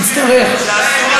תצטרך.